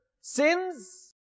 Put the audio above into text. sins